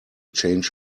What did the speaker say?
change